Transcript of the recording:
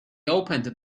opened